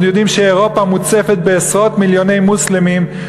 אנחנו יודעים שאירופה מוצפת בעשרות-מיליוני מוסלמים,